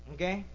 Okay